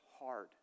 hard